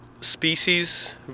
species